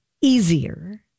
easier